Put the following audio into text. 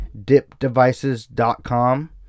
dipdevices.com